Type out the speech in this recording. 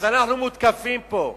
אז אנחנו מותקפים פה.